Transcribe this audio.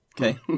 Okay